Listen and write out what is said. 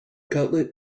cutlet